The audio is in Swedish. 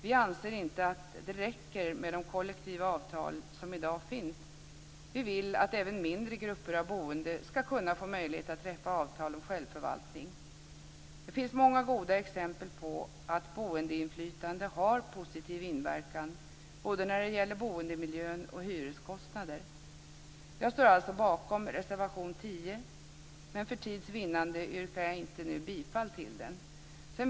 Vi anser inte att det räcker med de kollektiva avtal som i dag finns. Vi vill att även mindre grupper av boende ska få möjlighet att träffa avtal om självförvaltning. Det finns många goda exempel på att boendeinflytande har positiv inverkan både när det gäller boendemiljö och hyreskostnader. Jag står alltså bakom reservation 10, men för tids vinnande yrkar jag inte nu bifall till den.